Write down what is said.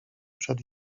przed